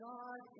God